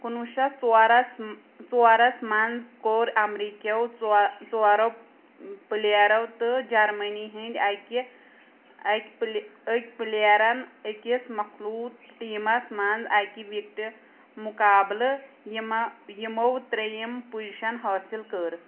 کُنوُہ شیٚتھ ژورس ژورس منٛز کوٚر امریكیٚو ژورَو پٕلیرو تہٕ جرمٔنی ہندِ اکہِ أکۍ پٕلیرن أکِس مخلوٗط ٹیٖمس منٛز اِکہٕ وِٹہٕ مقابلہٕ یِمہ یِمو ترٛیٚم پوزیشن حٲصِل کٔر